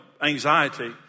anxiety